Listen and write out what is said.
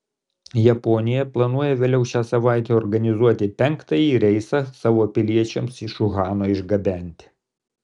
japonija planuoja vėliau šią savaitę organizuoti penktąjį reisą savo piliečiams iš uhano išgabenti